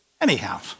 Anyhow